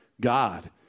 God